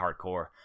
hardcore